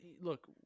Look